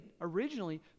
originally